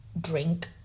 drink